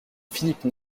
philippe